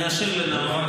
אני אשאיר לנאור,